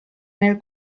nel